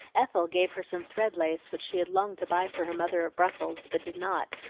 ethel gave her some thread lace which she had longed to buy for her mother at brussels, but did not,